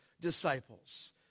disciples